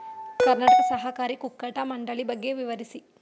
ಕರ್ನಾಟಕ ಸಹಕಾರಿ ಕುಕ್ಕಟ ಮಂಡಳಿ ಬಗ್ಗೆ ವಿವರಿಸಿ?